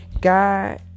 God